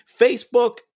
Facebook